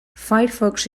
firefox